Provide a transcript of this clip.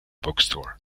bookstore